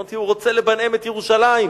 אמרתי: הוא רוצה לבנאם את ירושלים,